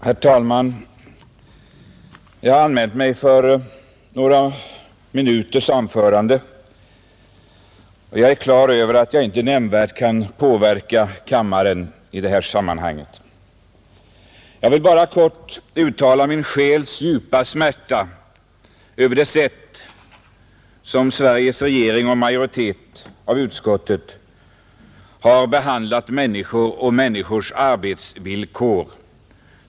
Herr talman! Jag har begärt ordet för ett anförande på några minuter, men jag är helt på det klara med att jag inte nämnvärt kan påverka kammaren i denna fråga. Jag vill bara uttala min själs djupa smärta över det sätt på vilket Sveriges regering och majoriteten av utskottet här har behandlat människor och människors arbetsvillkor.